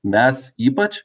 mes ypač